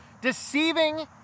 deceiving